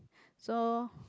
so